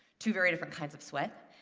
two very different kinds of sweat.